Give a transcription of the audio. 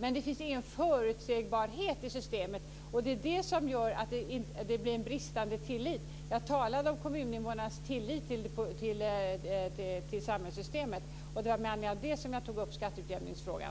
gäller. Det finns ingen förutsägbarhet i systemet, och det skapar en bristande tillit. Jag talade om kommuninvånarnas brist på tillit till samhällssystemet, och det var med anledning av det som jag tog upp skatteutjämningsfrågan.